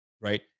Right